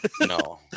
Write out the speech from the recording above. No